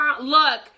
look